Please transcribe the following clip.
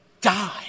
die